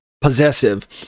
possessive